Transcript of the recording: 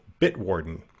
Bitwarden